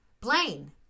Blaine